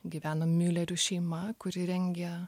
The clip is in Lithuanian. gyveno milerių šeima kuri rengia